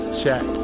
check